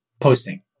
posting